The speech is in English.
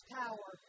power